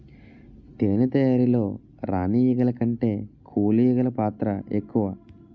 తేనె తయారీలో రాణి ఈగల కంటే కూలి ఈగలు పాత్ర ఎక్కువ